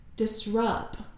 Disrupt